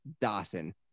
Dawson